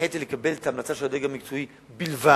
הנחיתי לקבל את ההמלצה של הדרג המקצועי בלבד,